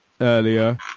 earlier